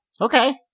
Okay